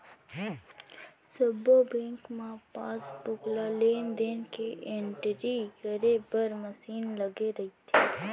सब्बो बेंक म पासबुक म लेन देन के एंटरी करे बर मसीन लगे रइथे